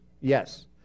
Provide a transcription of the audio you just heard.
Yes